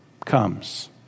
comes